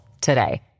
today